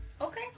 Okay